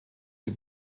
dem